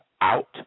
out